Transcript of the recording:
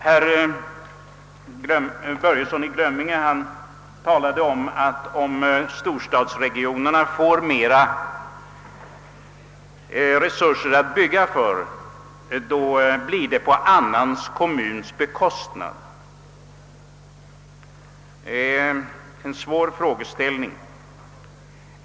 Herr Börjesson i Glömminge sade att om storstadsregionerna får mera resurser att bygga för, blir det på annan kommuns bekostnad. Det var en svår frågeställning.